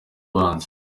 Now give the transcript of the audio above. abanza